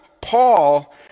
Paul